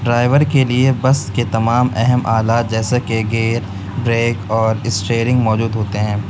driver کے لیے bus کے تمام اہم آلات جیسا کہ گیٹ ریک اور اسٹیرنگ موجود ہوتے ہیں